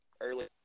early